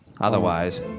Otherwise